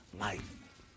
life